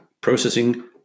processing